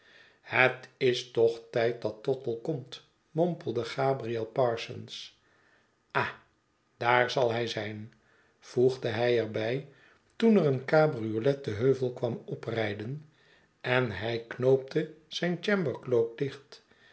het is toch tijd dat tottle komt mompelde gabriel parsons ah daar zal hij zijn voegde hij er bij toen er een cabriolet den heuvel kwam oprijden en hij knoopte zijn chambercloak dicht